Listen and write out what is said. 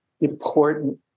important